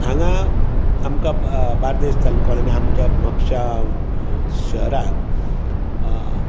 हांगा आमकां बार्देश तालुका आनी आमच्या म्हापशां शहरान